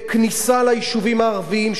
בכניסה ליישובים הערביים,